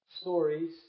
stories